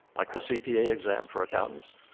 like the cpa exam for accountants.